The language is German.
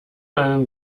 einen